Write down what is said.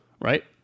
right